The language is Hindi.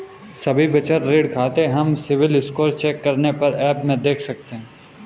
सभी बचत और ऋण खाते हम सिबिल स्कोर चेक करने वाले एप में देख सकते है